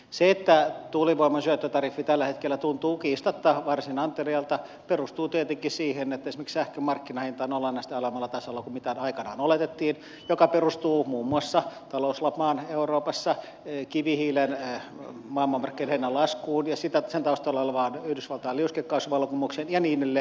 se että tuulivoiman syöttötariffi tällä hetkellä tuntuu kiistatta varsin anteliaalta perustuu tietenkin siihen että esimerkiksi sähkön markkinahinta on olennaisesti alemmalla tasolla kuin mitä aikanaan oletettiin mikä perustuu muun muassa talouslamaan euroopassa kivihiilen maailmanmarkkinahinnan laskuun ja sen taustalla olevaan yhdysvaltain liuskekaasuvallankumoukseen ja niin edelleen ja niin edelleen